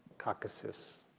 caucuses,